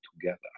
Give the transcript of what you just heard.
together